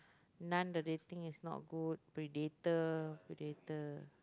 Nun the rating is not good Predator Predator